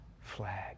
flag